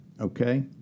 okay